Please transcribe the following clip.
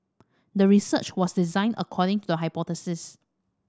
the research was designed according to the hypothesis